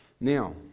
Now